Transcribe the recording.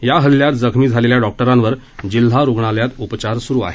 या हल्ल्यात जखमी झालेल्या डॉक्टरांवर जिल्हा रुग्णालयात उपचार सुरू आहेत